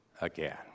again